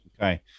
Okay